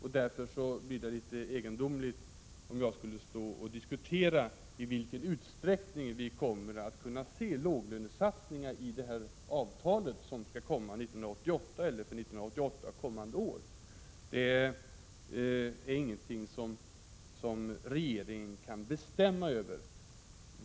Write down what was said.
Det skulle därför bli litet egendomligt om jag skulle stå och diskutera i vilken utsträckning vi kommer att kunna se låglönesatsningar i det avtal som skall komma under 1988 eller under kommande år. Det är ingenting som regeringen kan bestämma över.